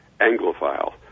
anglophile